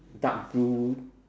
dark blue